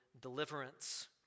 deliverance